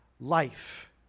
life